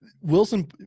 Wilson